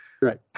Right